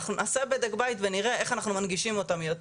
אנחנו נעשה בדק בית ונראה איך אנחנו מנגישים אותם יותר.